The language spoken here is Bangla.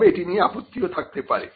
তবে এটি নিয়ে আপত্তিও থাকতে পারে